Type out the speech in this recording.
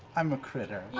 i'm a critter.